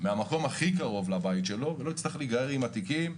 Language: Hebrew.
מהמקום הכי קרוב לבית שלו ולא להיגרר עם התיקים.